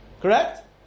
Correct